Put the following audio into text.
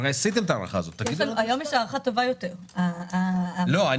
הרי עשיתם את ההערכה הזאת, תגידו לנו מספר.